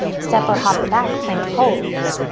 step or hop it back, plank pose.